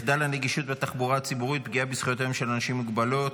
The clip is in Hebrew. מחדל הנגישות בתחבורה הציבורית: פגיעה בזכויותיהם של אנשים עם מוגבלות.